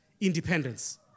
independence